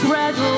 red